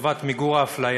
לטובת מיגור האפליה,